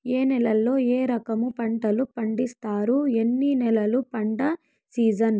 ఏ నేలల్లో ఏ రకము పంటలు పండిస్తారు, ఎన్ని నెలలు పంట సిజన్?